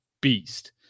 beast